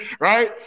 Right